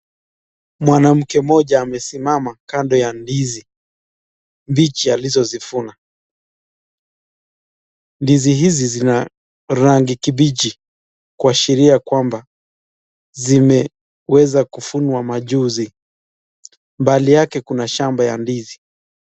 Mwanamke mmoja amesimama kando ya ndizi mbichi alizozivuna. Ndizi hizi zina rangi kibichi kuashiria kwamba zimeweza kuvunwa majuzi. Mbali yake kuna shamba ya ndizi.